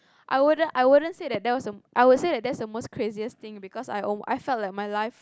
I wouldn't I wouldn't say that was the I would say that that's the most craziest thing because I felt like my life